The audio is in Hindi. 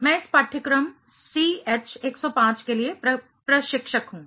मैं इस पाठ्यक्रम CH105 के लिए प्रशिक्षक हूं